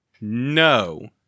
no